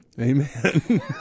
Amen